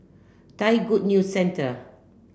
Thai Good News Centre